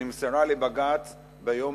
שנמסרה לבג"ץ ביום